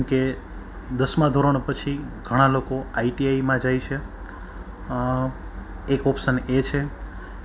ઘણીવાર ગામડામાં બનતા જે અંધશ્રદ્ધા અવિશ્વાસના જે બનાવો બને છે